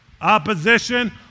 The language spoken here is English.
opposition